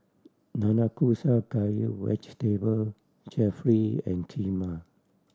Nanakusa Gayu Vegetable Jalfrezi and Kheema